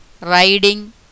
riding